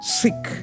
sick